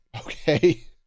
okay